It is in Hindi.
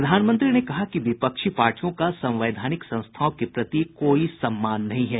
प्रधानमंत्री ने कहा कि विपक्षी पार्टियों का संवैधानिक संस्थाओं के प्रति कोई सम्मान नहीं है